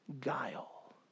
guile